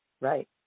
Right